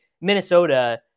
Minnesota